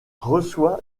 reçoit